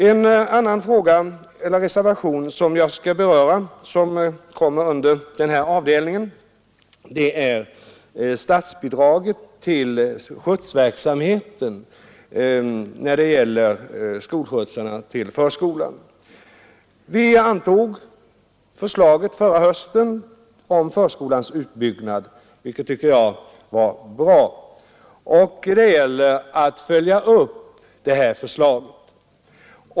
En annan reservation som jag skall beröra och som faller under denna avdelning är statsbidraget till skjutsverksamheten när det gäller förskolor. Riksdagen antog förra hösten förslaget om förskolans utbyggnad, vilket jag tycker var bra, och det gäller att följa upp det förslaget.